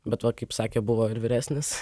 be va kaip sakė buvo ir vyresnis